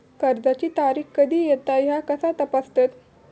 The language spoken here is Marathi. कर्जाची तारीख कधी येता ह्या कसा तपासतत?